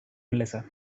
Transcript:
melissa